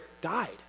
died